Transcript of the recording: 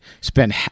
Spend